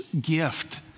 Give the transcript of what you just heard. gift